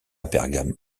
bergame